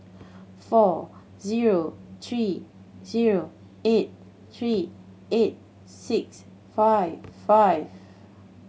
four zero three zero eight three eight six five five